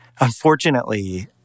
Unfortunately